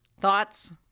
thoughts